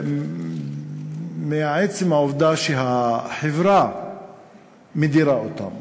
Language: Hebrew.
מעצם העובדה שהחברה מדירה אותם